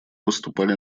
выступали